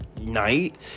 night